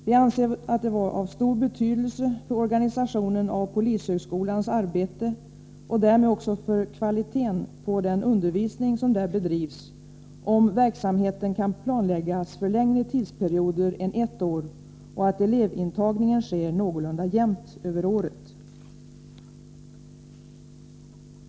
Vi anser det vara av stor betydelse för organisationen av polishögskolans arbete och därmed också för kvaliteten på den undervisning som där bedrivs att verksamheten kan planläggas för längre tidsperioder än ett år och att elevintagningen sker någorlunda jämnt över året.